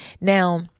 Now